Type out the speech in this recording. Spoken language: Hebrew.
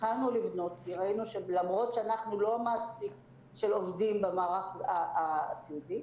ראינו שלמרות שאנחנו לא המעסיק של עובדים במערך הסיעודי,